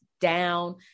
down